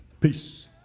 Peace